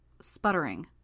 sputtering